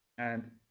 and